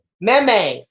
Meme